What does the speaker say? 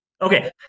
Okay